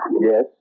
Yes